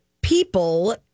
people